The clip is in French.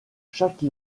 chaque